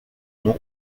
nom